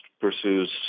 pursues